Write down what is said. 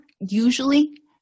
usually